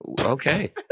okay